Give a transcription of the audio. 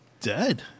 dead